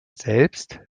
selbst